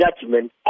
judgment